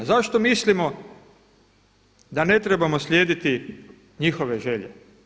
Zašto mislimo da ne trebamo slijediti njihove želje?